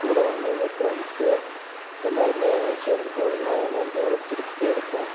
கூட வந்தவங்க ப்ரெண்ட்ஸு எல்லாேருமே சேர்ந்து போகிறதுனால எல்லாேருக்கும் ஒரு திருப்தி இருக்கும்